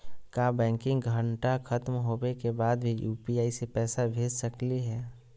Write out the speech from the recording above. का बैंकिंग घंटा खत्म होवे के बाद भी यू.पी.आई से पैसा भेज सकली हे?